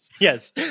yes